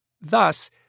Thus